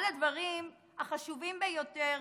אחד הדברים החשובים ביותר